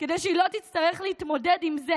כדי שהיא לא תצטרך להתמודד עם זה